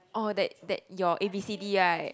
oh that that your A B C D right